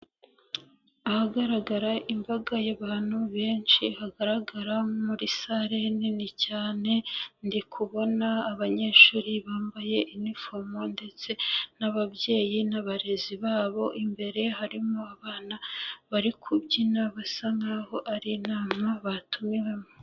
Ahagaragara imbaga y'abantu benshi, hagaragara muri sale nini cyane, ndikubona abanyeshuri bambaye inifomo ndetse n'ababyeyi n'abarezi babo, imbere harimo abana bari kubyina basa nk'aho ari intama batumiwemo.